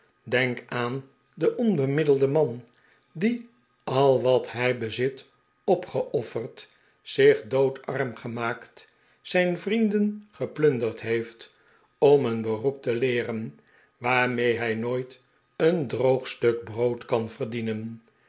denk aan den onbemiddelden man die al wat hij bezit opgeofferd zich doodarm gemaakt zijn vrienden geplunderd heeft om een beroep te leeren waarmee hij nooit een droog stuk brood kan verdienen